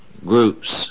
groups